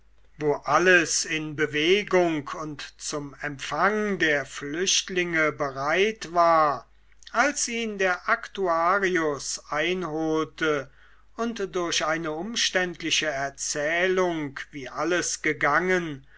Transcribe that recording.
wo alles in bewegung und zum empfang der flüchtlinge bereit war als ihn der aktuarius einholte und durch eine umständliche erzählung wie alles gegangen